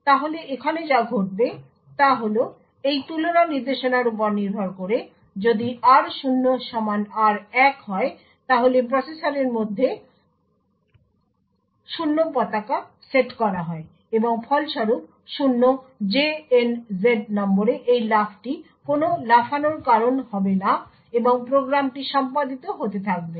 তাহলে এখানে যা ঘটবে তা হল এই তুলনা নির্দেশনার উপর নির্ভর করে যদি r0 সমান r1 হয় তাহলে প্রসেসরের মধ্যে 0 পতাকা সেট করা হয় এবং ফলস্বরূপ 0 নম্বরে এই লাফটি কোনো লাফানোর কারণ হবে না এবং প্রোগ্রামটি সম্পাদিত হতে থাকবে